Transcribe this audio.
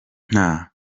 nta